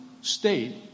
state